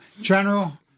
General